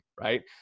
right